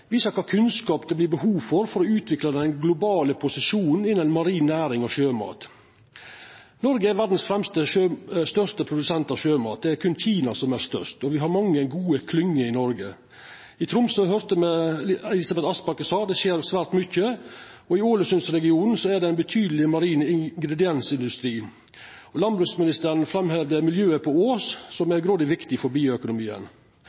viser kva kunnskap det vert behov for for å utvikla den globale posisjonen innan marin næring og sjømat. Noreg er verdas nest største produsent av sjømat, berre Kina er større, og me har mange gode klynger i Noreg. I Tromsø skjer det svært mykje, det høyrde me statsråd Elisabeth Aspaker seia, , og i Ålesundsregionen er det ein betydeleg marin ingrediensindustri. Landbruksministeren framheva miljøet på Ås, som